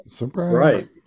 Right